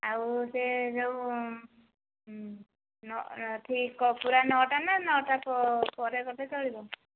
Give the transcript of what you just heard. ଆଉ ସେ ଯେଉଁ ଠିକ ପୁରା ନଅ ଟା ନା ନଅଟା ପରେ ଗଲେ ଚଳିବ